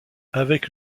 avec